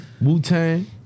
Wu-Tang